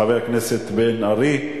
חבר הכנסת בן-ארי,